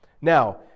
Now